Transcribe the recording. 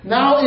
Now